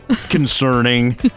concerning